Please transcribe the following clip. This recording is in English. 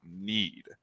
need